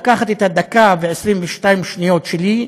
לקחת את הדקה ו-22 שניות שלי,